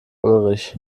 ulrich